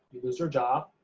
you lose your job,